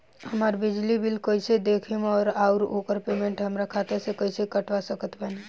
हमार बिजली बिल कईसे देखेमऔर आउर ओकर पेमेंट हमरा खाता से कईसे कटवा सकत बानी?